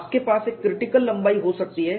आपके पास एक क्रिटिकल क्रैक लंबाई हो सकती है